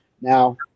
now